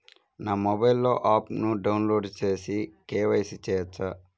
నా మొబైల్లో ఆప్ను డౌన్లోడ్ చేసి కే.వై.సి చేయచ్చా?